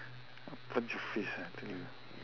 I'll punch your face ah I tell you